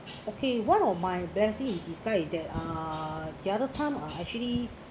okay one of my blessing in disguise is that uh the other time uh actually